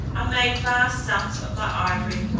i made vast sums of my ivory,